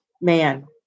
man